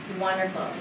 Wonderful